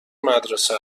مدرسه